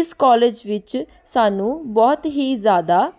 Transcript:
ਇਸ ਕਾਲਜ ਵਿੱਚ ਸਾਨੂੰ ਬਹੁਤ ਹੀ ਜ਼ਿਆਦਾ